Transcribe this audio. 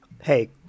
Hey